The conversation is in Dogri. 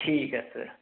ठीक ऐ सर